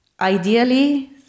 Ideally